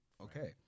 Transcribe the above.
okay